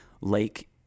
lake